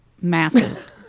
massive